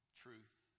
truth